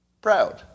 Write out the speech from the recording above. Proud